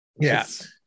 Yes